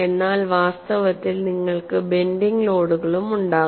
എന്നാൽ വാസ്തവത്തിൽ നിങ്ങൾക്ക് ബെൻഡിങ് ലോഡുകളും ഉണ്ടാകും